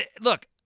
Look